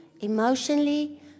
emotionally